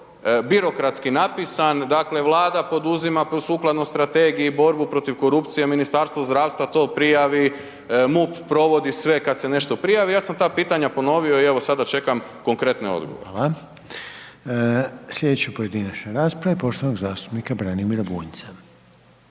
birokratski napisan, dakle, Vlada poduzima sukladno strategiji borbu protiv korupcije, Ministarstvo zdravstva to prijavi, MUP provodi kad se nešto prijavi, ja sam ta pitanja ponovio i evo sada čekam konkretne odgovore. **Reiner, Željko (HDZ)** Hvala. Sljedeća pojedinačna rasprava je poštovanog zastupnika Branimira Bunjca.